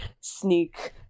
sneak